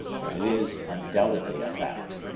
but it is undoubtedly a fact.